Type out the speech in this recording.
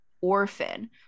Orphan